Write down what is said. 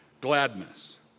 gladness